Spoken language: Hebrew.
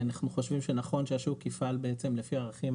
אנחנו חושבים שנכון שהשוק יפעל לפי הערכים